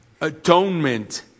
Atonement